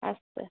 अस्तु